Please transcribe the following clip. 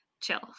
chill